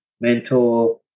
mentor